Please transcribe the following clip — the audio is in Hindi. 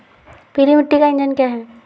पीली मिट्टी का इलाज क्या है?